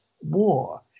war